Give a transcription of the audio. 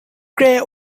grey